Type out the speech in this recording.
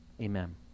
Amen